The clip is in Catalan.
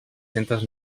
centes